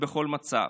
ובכל מצב.